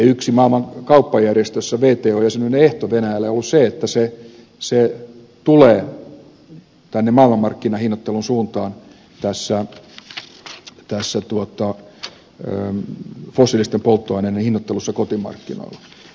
yksi maailman kauppajärjestön wton jäsenyyden ehto venäjälle on se että venäjä tulee maailmanmarkkinahinnoittelun suuntaan fossiilisten polttoaineiden hinnoittelussa kotimarkkinoilla